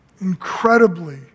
incredibly